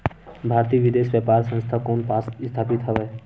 भारतीय विदेश व्यापार संस्था कोन पास स्थापित हवएं?